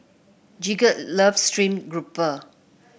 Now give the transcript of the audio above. Gidget loves stream grouper